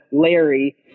Larry